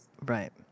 Right